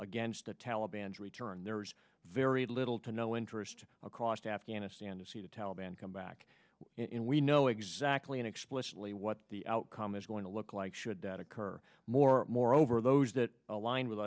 against the taliban's return there's very little to no interest across afghanistan to see the taliban come back in we know exactly and explicitly what the outcome is going to look like should that occur more moreover those that align with